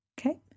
Okay